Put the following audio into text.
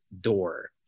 door